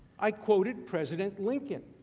i quoted president lincoln.